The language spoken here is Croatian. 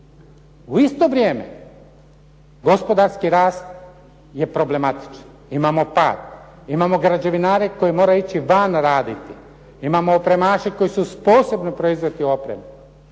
U isto vrijeme gospodarski rast je problematičan, imamo pad. Imamo građevinare koji moraju ići van raditi, imamo opremače koji su sposobni proizvesti opremu.